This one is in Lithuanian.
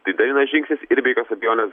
tai dar vienas žingsnis ir be jokios abejonės